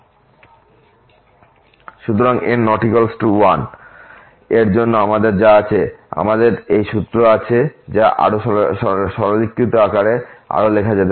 সুতরাং n ≠ 1 এর জন্য আমাদের যা আছে আমাদের এই সূত্র আছে যা আরও সরলীকৃত আকারে আরও লেখা যেতে পারে